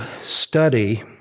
study